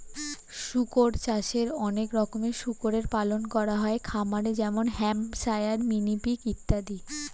শুকর চাষে অনেক রকমের শুকরের পালন করা হয় খামারে যেমন হ্যাম্পশায়ার, মিনি পিগ ইত্যাদি